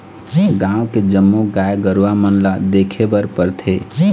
गाँव के जम्मो गाय गरूवा मन ल देखे बर परथे